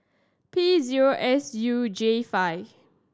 P zero S U J five